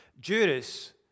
Judas